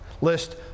List